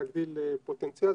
להגדיל פוטנציאל,